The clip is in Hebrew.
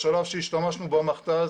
בשלב שהשתמשנו במכת"ז